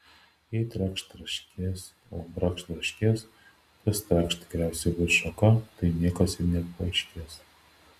jei trakšt traškės o brakšt braškės tas trakšt tikriausiai bus šaka tai niekas ir nepaaiškės